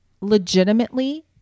Legitimately